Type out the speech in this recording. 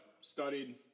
studied